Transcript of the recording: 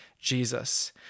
Jesus